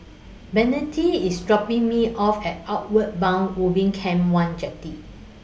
Bennett IS dropping Me off At Outward Bound Ubin Camp one Jetty